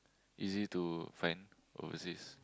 easy to find overseas